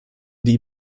die